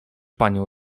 panią